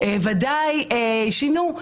ודאי שינו,